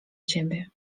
ciebie